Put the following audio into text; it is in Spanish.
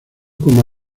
como